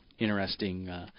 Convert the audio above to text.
Interesting